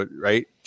right